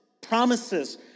promises